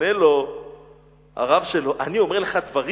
עונה לו הרב שלו: "אני אומר לך דברים